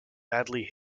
badly